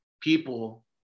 people